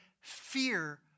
fear